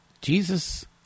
Jesus